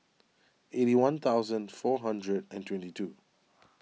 eighty one thousand four hundred and twenty two